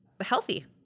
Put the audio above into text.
healthy